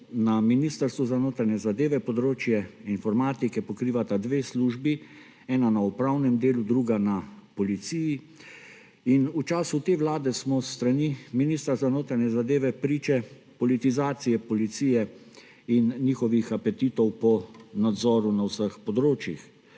Na Ministrstvu za notranje zadeve področje informatike pokrivata dve službi; ena na upravnem delu, druga na policiji. In v času te vlade smo s strani ministra za notranje zadeve priče politizacije policije in njihovih apetitov po nadzoru na vseh področjih.